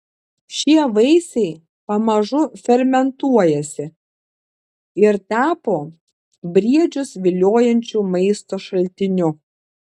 šie vaisiai pamažu fermentuojasi ir tapo briedžius viliojančiu maisto šaltiniu